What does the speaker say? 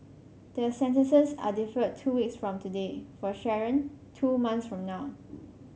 their sentences are deferred two weeks from today for Sharon two months from now